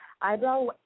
Eyebrow